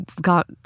got